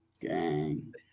Gang